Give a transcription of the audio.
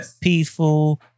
peaceful